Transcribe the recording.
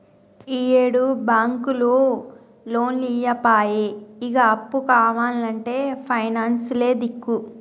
ఈయేడు బాంకులు లోన్లియ్యపాయె, ఇగ అప్పు కావాల్నంటే పైనాన్సులే దిక్కు